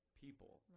people